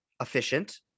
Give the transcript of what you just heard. efficient